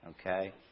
okay